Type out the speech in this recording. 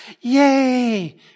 Yay